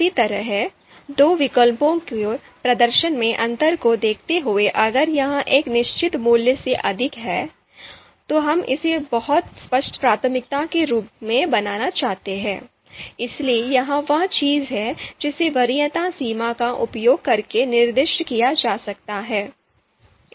इसी तरह दो विकल्पों के प्रदर्शन में अंतर को देखते हुए अगर यह एक निश्चित मूल्य से अधिक है तो हम इसे बहुत स्पष्ट प्राथमिकता के रूप में बनाना चाहते हैं इसलिए यह वह चीज है जिसे वरीयता सीमा का उपयोग करके निर्दिष्ट किया जा सकता है